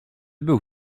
był